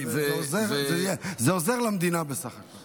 זה עוזר למדינה בסך הכול.